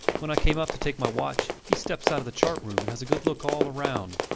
when i came up to take my watch, he steps out of the chart-room and has a good look all round,